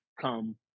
come